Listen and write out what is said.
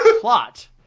plot